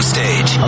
Stage